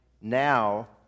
Now